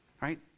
Right